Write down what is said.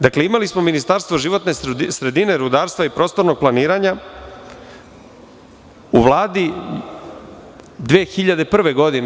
Dakle, imali smo Ministarstvo životne sredine, rudarstva i prostornog planiranja u Vladi 2001. godine.